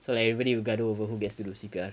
so like everybody will gaduh over who gets to do C_P_R